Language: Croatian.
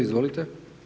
Izvolite.